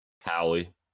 Howie